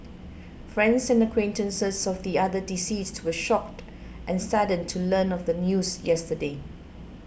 friends and acquaintances of the other deceased were shocked and saddened to learn of the news yesterday